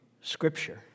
scripture